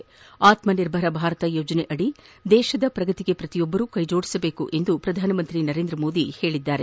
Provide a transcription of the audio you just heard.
ಆತ್ಮ ನಿರ್ಭರ ಭಾರತ ಯೋಜನೆಯಡಿ ದೇಶದ ಪ್ರಗತಿಗೆ ಪ್ರತಿಯೊಬ್ಬರು ಕೈ ಜೋಡಿಸಬೇಕು ಎಂದು ಪ್ರಧಾನಮಂತ್ರಿ ನರೇಂದ್ರ ಮೋದಿ ಹೇಳದ್ದಾರೆ